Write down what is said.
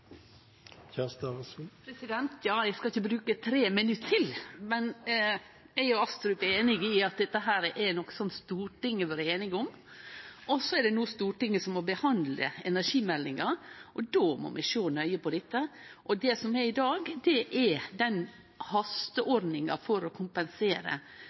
Eg skal ikkje bruke 3 minutt til, men eg og representanten Astrup er einige i at dette er noko som Stortinget har vore einige om. Så må no Stortinget behandle energimeldinga, og då må vi sjå nøye på dette. Det som gjeld i dag, er hasteordninga for å kompensere